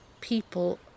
people